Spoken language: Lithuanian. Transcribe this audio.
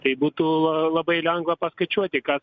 tai būtų labai lengva paskaičiuoti kas